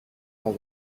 are